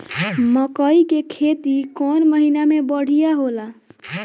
मकई के खेती कौन महीना में बढ़िया होला?